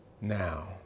now